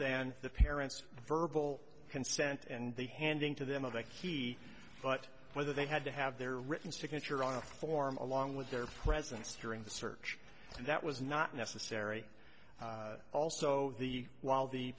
than the parents verbal consent and the handing to them of the key but whether they had to have their written signature on a form along with their presence during the search and that was not necessary also the while the